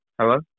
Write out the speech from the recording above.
Hello